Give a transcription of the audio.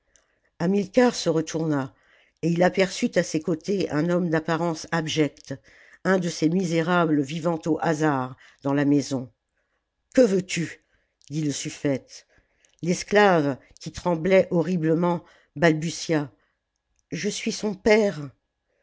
hamilcar se retourna et il aperçut à ses côtés un homme d'apparence abjecte un de ces misérables vivant au hasard dans la maison que veux-tu dit le suffète l'esclave qui tremblait horriblement balbutia je suis son père